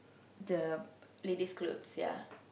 the ladies' clothes ya